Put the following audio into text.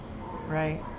Right